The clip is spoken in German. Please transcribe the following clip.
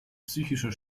psychischer